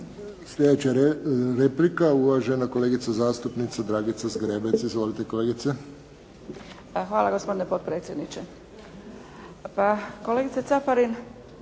Sljedeća replika, uvažena kolegica zastupnica Dragica Zgrebec. Izvolite kolegice. **Zgrebec, Dragica (SDP)** Pa hvala gospodine potpredsjedniče. Pa kolegica Caparin